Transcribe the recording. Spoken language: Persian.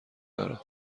دارد